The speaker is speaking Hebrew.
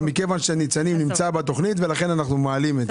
אבל מכיוון ש'ניצנים' נמצא בתכנית אנחנו מעלים את זה.